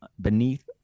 beneath